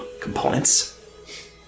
components